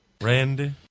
Randy